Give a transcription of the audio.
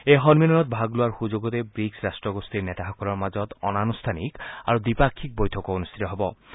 এই সম্মিলনত ভাগ লোৱাৰ সুযোগতে ব্ৰিকছ ৰাট্টগোষ্ঠী নেতাসকলৰ মাজত অনানুষ্ঠানিক আৰু দ্বিপাক্ষিক বৈঠকো অনুষ্ঠিত হ'ব